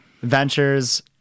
ventures